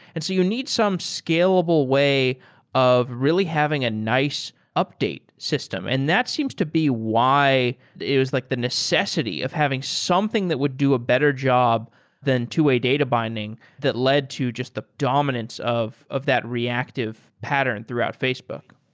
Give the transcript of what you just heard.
and so you need some scalable way of really having a nice update system, and that seems to be why it was like the necessity of having something that would do a better job than two-way data binding that led to just the dominance of of that reactive pattern throughout facebook.